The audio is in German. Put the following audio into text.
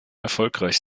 erfolgreich